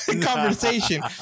conversation